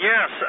Yes